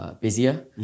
busier